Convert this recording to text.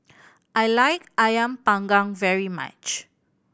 I like Ayam Panggang very much